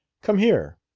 come here.